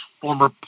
former